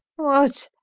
what,